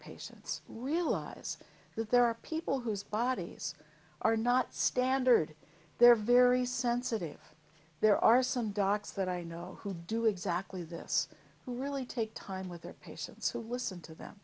patients realize that there are people whose bodies are not standard they're very sensitive there are some docs that i know who do exactly this really take time with their patients who listen to them